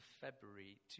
February